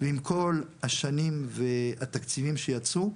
ועם כל השנים והתקציבים שיצאו,